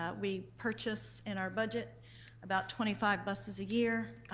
ah we purchase in our budget about twenty five buses a year.